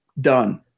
done